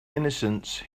innocence